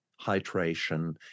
hydration